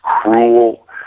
cruel